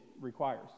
requires